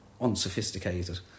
unsophisticated